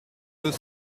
deux